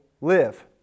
live